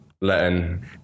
letting